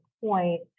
point